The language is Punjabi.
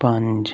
ਪੰਜ